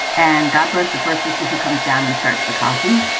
and god bless the first sister who comes down and starts the coffee.